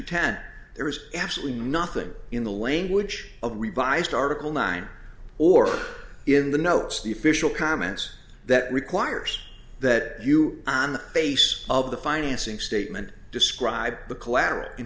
ten there's absolutely nothing in the language of a revised article nine or in the notes the official comments that requires that you on the face of the financing statement describe the collateral in